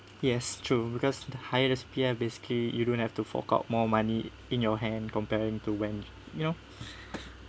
yes true because the higher the C_P_F basically you don't have to fork out more money in your hand comparing to when you know